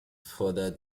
further